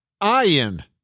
Iron